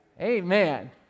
Amen